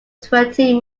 twenty